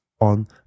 on